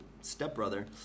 stepbrother